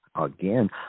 again